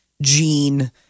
Gene